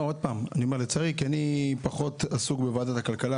אני אומר לצערי, כי אני פחות עסוק בוועדת הכלכלה.